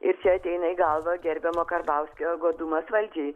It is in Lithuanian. ir čia ateina į galvą gerbiamo karbauskio godumas valdžiai